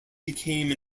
became